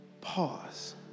Pause